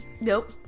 Nope